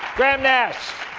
graham nash.